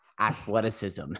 athleticism